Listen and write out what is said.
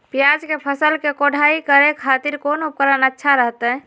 प्याज के फसल के कोढ़ाई करे खातिर कौन उपकरण अच्छा रहतय?